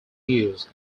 use